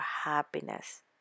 happiness